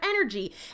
energy